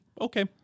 okay